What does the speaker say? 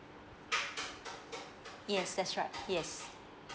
yes that's right yes